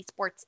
esports